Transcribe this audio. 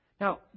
Now